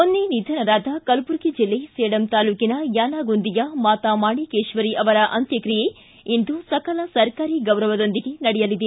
ಮೊನ್ನೆ ನಿಧನರಾದ ಕಲಬುರ್ಗಿ ಜಿಲ್ಲೆ ಸೇಡಂ ತಾಲೂಕಿನ ಯಾನಾಗುಂದಿಯ ಮಾತಾ ಮಾಣಿಕೇಶ್ವರಿ ಅವರ ಅಂತ್ಯಕ್ರಿಯೆ ಇಂದು ಸಕಲ ಸರ್ಕಾರಿ ಗೌರವದೊಂದಿಗೆ ನಡೆಯಲಿದೆ